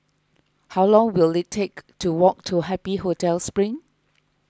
how long will it take to walk to Happy Hotel Spring